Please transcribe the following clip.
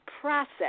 process